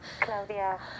Claudia